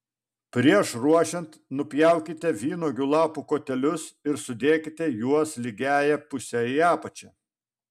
prieš ruošiant nupjaukite vynuogių lapų kotelius ir sudėkite juos lygiąja puse į apačią